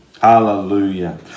Hallelujah